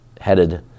headed